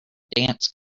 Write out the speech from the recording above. dance